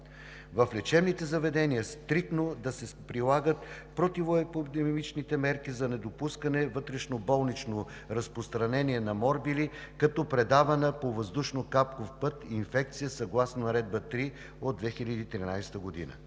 в лечебните заведения стриктно да се прилагат противоепидемиологичните мерки за недопускане вътрешно болнично разпространение на морбили като предавана по въздушно-капков път инфекция, съгласно Наредба № 3 от 2013 г.;